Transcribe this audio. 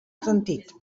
sentit